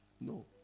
No